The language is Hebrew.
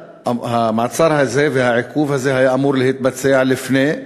המעצר הזה, העיכוב הזה, היה אמור להתבצע לפני,